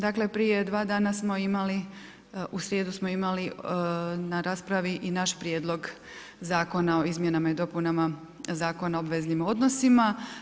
Dakle prije 2 dana smo imali, u srijedu smo imali na raspravi i naš prijedlog Zakona o izmjenama i dopunama Zakona o obveznim odnosima.